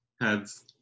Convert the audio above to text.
Heads